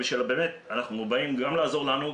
אנחנו באים גם לעזור לנו,